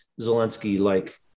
Zelensky-like